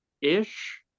ish